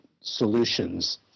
solutions